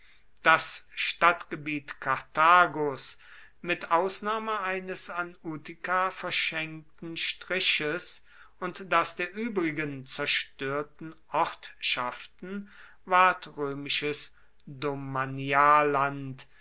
das stadtgebiet karthagos mit ausnahme eines an utica verschenkten striches und das der übrigen zerstörten ortschaften ward